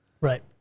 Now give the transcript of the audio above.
Right